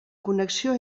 connexió